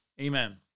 Amen